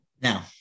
Now